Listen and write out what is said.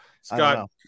scott